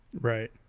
Right